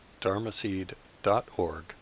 dharmaseed.org